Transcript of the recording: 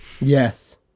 Yes